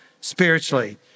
spiritually